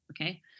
Okay